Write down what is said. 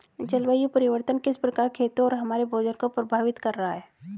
जलवायु परिवर्तन किस प्रकार खेतों और हमारे भोजन को प्रभावित कर रहा है?